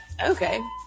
Okay